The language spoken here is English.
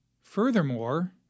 Furthermore